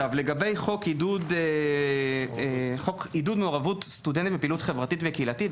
לגבי חוק עידוד מעורבות סטודנטים בפעילות חברתית וקהילתית,